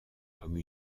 comme